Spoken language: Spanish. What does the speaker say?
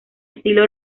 estilo